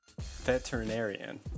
Veterinarian